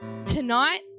tonight